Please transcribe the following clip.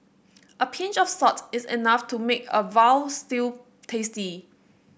a pinch of salt is enough to make a veal stew tasty